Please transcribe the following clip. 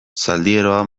zaldieroa